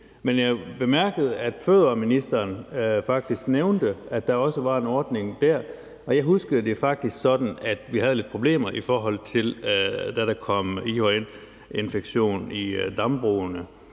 men jeg bemærkede, at fødevareministeren faktisk nævnte, at der også var en ordning der. Jeg huskede det faktisk sådan, at vi havde lidt problemer, i forhold til da der kom EHN-infektion i dambrugene.